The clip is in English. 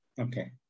Okay